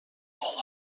all